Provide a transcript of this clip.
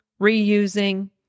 reusing